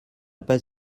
pas